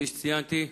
כפי שציינתי,